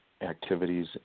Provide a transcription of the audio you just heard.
activities